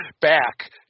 back